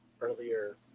earlier